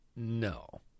No